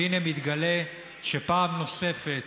והינה מתגלה שפעם נוספת